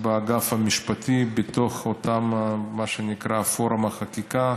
באגף המשפטי, בתוך מה שנקרא פורום החקיקה.